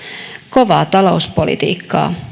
kovaa talouspolitiikkaa